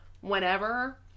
whenever